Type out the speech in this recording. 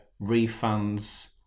refunds